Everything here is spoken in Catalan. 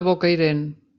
bocairent